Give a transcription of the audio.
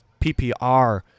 PPR